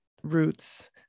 roots